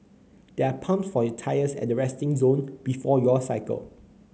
there are pumps for your tyres at the resting zone before your cycle